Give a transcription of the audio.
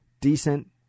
decent